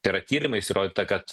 tai yra tyrimais įrodyta kad